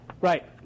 Right